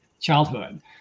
childhood